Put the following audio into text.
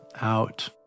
out